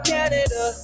Canada